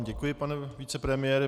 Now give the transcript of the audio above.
Děkuji vám, pane vicepremiére.